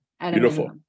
beautiful